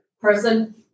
person